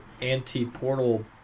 anti-portal